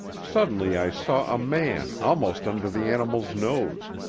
suddenly i saw a man almost under the animal's nose,